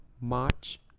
March